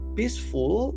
peaceful